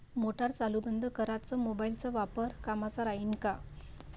Motor चालू बंद कराच मोबाईलचा वापर कामाचा राहीन का?